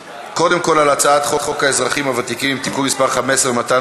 קודם כול על הצעת חוק האזרחים הוותיקים (תיקון מס' 15) (מתן